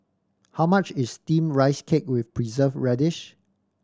how much is Steamed Rice Cake with Preserved Radish